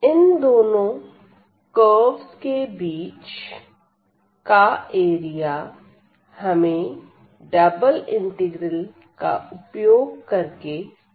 इन दोनों कर्वस के बीच का एरिया हमें डबल इंटीग्रल का उपयोग करके ज्ञात करना है